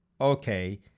Okay